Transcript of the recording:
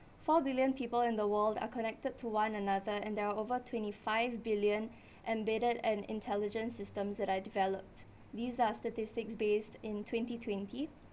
four billion people in the world are connected to one another and there are over twenty five billion embedded and intelligent systems that are developed these are statistics based in twenty twenty